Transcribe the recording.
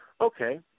Okay